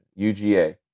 UGA